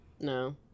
No